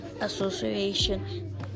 association